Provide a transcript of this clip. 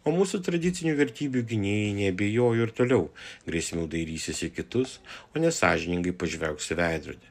o mūsų tradicinių vertybių gynėjai neabejojo ir toliau grėsmių dairysis į kitus o nesąžiningai pažvelgs į veidrodį